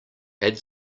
add